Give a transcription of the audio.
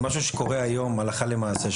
התמריצים הם דבר שקורה, הלכה למעשה.